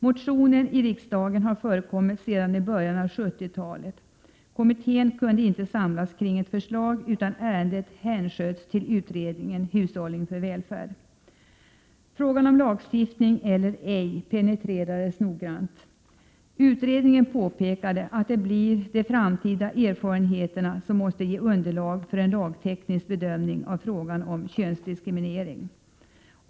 Motioner i riksdagen har förekommit sedan i början av 70-talet. Kommittén kunde inte samlas kring ett förslag, utan ärendet hänsköts till utredningen Hushållning för välfärd. Frågan om lagstiftning eller ej penetrerades noggrant. Utredningen påpekade att det måste bli de framtida erfarenheterna som får ge underlag för en lagteknisk bedömning av frågan om könsdiskriminering.